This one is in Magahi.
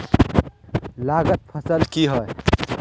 लागत फसल की होय?